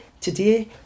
today